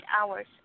hours